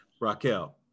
Raquel